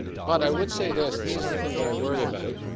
but i would say this, this is the thing that i worry about,